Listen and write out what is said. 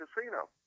casino